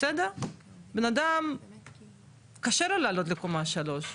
בן אדם קשה לו לעלות לקומה 3,